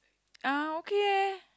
uh okay eh